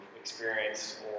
experience